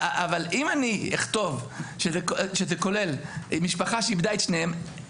אם אני אכתוב שזה כולל משפחה שאיבדה את שניהם,